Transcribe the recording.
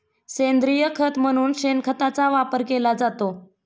सेंद्रिय खत म्हणून शेणखताचा वापर केला जातो